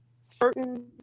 certain